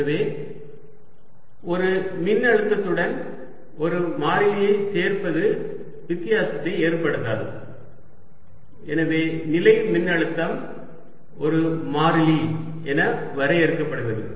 எனவே ஒரு மின்னழுத்தத்துடன் ஒரு மாறிலியைச் சேர்ப்பது வித்தியாசத்தை ஏற்படுத்தாது எனவே நிலை மின்னழுத்தம் ஒரு மாறிலி என வரையறுக்கப்படுகிறது